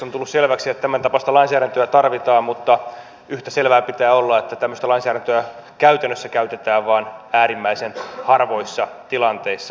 on tullut selväksi että tämäntapaista lainsäädäntöä tarvitaan mutta yhtä selvää pitää olla että tämmöistä lainsäädäntöä käytännössä käytetään vain äärimmäisen harvoissa tilanteissa